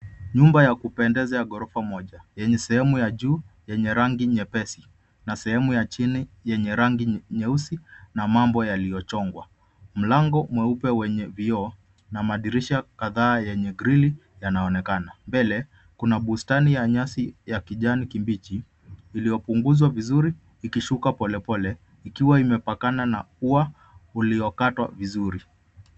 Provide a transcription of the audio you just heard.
Nyumba ya kupendeza ya ghorofa moja yenye sehemu ya juu yenye rangi nyepesi na sehemu ya chini yenye rangi nyeusi na mambo yaliyochongwa. Mlango mweupe wenye vioo na madirisha kadhaa yenye grilli yanaonekana. Mbele, kuna bustani ya nyasi ya kijani kibichi iliyopunguzwa vizuri ikishuka polepole, ikiwa imepakana na ua uliokatwa vizuri.